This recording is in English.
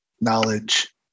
knowledge